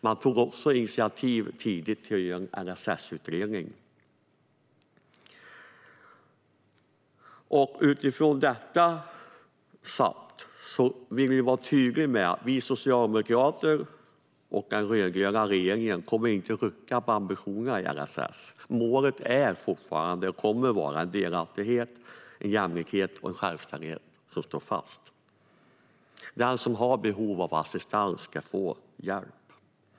Man tog också tidigt initiativ till en LSS-utredning. Vi socialdemokrater och den rödgröna regeringen kommer inte att rucka på ambitionerna i LSS. Målet är och kommer fortfarande att vara delaktighet, jämlikhet och självständighet. Det står fast. Den som har behov av assistans ska få hjälp.